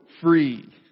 free